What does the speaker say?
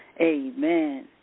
Amen